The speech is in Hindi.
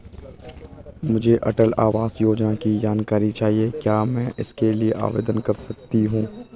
मुझे अटल आवास योजना की जानकारी चाहिए क्या मैं इसके लिए आवेदन कर सकती हूँ?